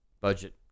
Budget